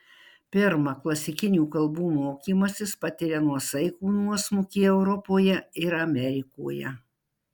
pirma klasikinių kalbų mokymasis patiria nuosaikų nuosmukį europoje ir amerikoje